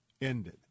ended